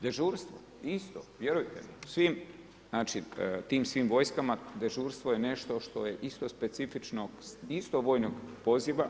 Dežurstvo isto, vjerujte mi u svim znači u svim tim vojskama dežurstvo je nešto što je isto specifično istog vojnog poziva,